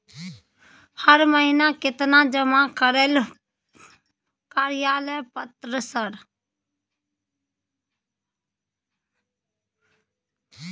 हर महीना केतना जमा कार्यालय पत्र सर?